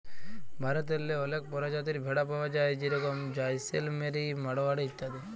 ভারতেল্লে অলেক পরজাতির ভেড়া পাউয়া যায় যেরকম জাইসেলমেরি, মাড়োয়ারি ইত্যাদি